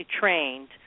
trained